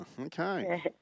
okay